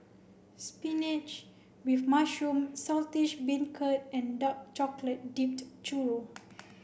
Spinach with Mushroom Saltish Beancurd and Dark Chocolate Dipped Churro